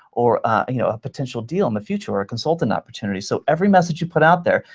or ah you know a potential deal in the future, or a consultant opportunity. so every message you put out there,